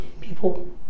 People